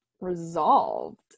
resolved